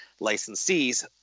licensees